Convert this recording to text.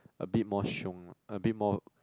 a bit more xiong ah a bit more